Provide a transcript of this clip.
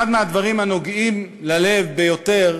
אחד הדברים הנוגעים ללב ביותר,